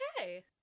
Okay